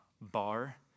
bar